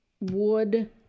wood